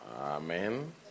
Amen